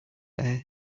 air